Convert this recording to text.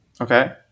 Okay